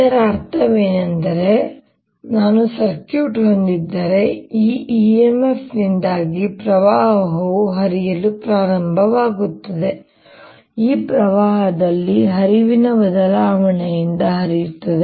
ಇದರ ಅರ್ಥವೇನೆಂದರೆ ನಾನು ಸರ್ಕ್ಯೂಟ್ ಹೊಂದಿದ್ದರೆ ಈ EMF ನಿಂದಾಗಿ ಪ್ರವಾಹವು ಹರಿಯಲು ಪ್ರಾರಂಭಿಸುತ್ತದೆ ಈ ಪ್ರವಾಹದಲ್ಲಿ ಹರಿವಿನ ಬದಲಾವಣೆಯಿಂದಾಗಿ ಹರಿಯುತ್ತದೆ